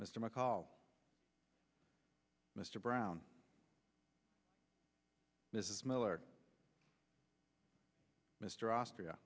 mr mccall mr brown mrs miller mr austria